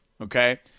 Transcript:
okay